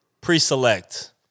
pre-select